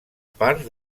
part